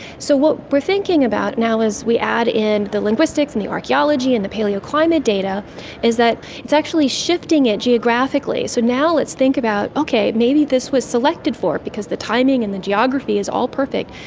so what we are thinking about now as we add in the linguistics and the archaeology and the palaeo-climate data is that it's actually shifting it geographically, so now let's think about, okay, maybe this was selected for because the timing and the geography is all perfect,